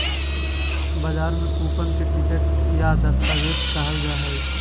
बजार में कूपन के टिकट या दस्तावेज कहल जा हइ